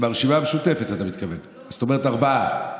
עם הרשימה המשותפת, אתה מתכוון, זאת אומרת ארבעה.